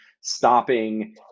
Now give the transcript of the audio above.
stopping